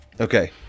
Okay